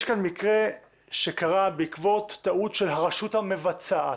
יש כאן מקרה שקרה בעקבות טעות של הרשות המבצעת,